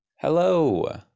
Hello